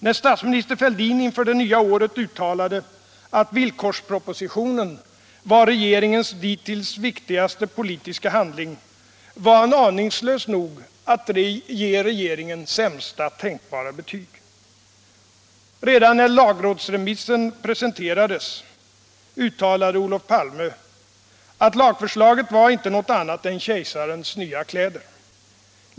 När statsminister Fälldin inför det nya året uttalade att villkorspropositionen var regeringens dittills viktigaste politiska handling, var han aningslös nog att ge regeringen sämsta tänkbara betyg. T Redan då lagrådsremissen presenterades, uttalade Olof Palme att lagförslaget inte var något annat än ”kejsarens nya kläder”.